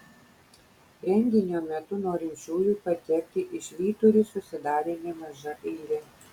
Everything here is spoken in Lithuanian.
renginio metu norinčiųjų patekti į švyturį susidarė nemaža eilė